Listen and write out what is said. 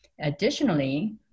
Additionally